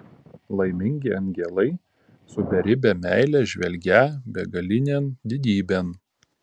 laimingi angelai su beribe meile žvelgią begalinėn didybėn